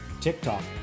TikTok